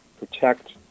protect